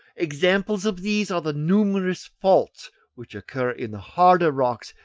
examples of these are the numerous faults which occur in the harder rocks,